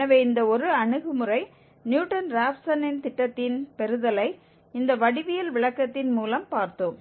எனவே இந்த ஒரு அணுகுமுறை நியூட்டன் ராப்சனின் திட்டத்தின் பெறுதலை இந்த வடிவியல் விளக்கத்தின் மூலம் பார்த்தோம்